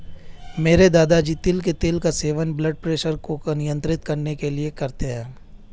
मेरे दादाजी तिल के तेल का सेवन ब्लड प्रेशर को नियंत्रित करने के लिए करते हैं